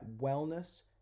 wellness